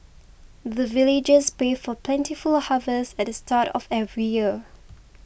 the villagers pray for plentiful harvest at the start of every year